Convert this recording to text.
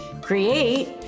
create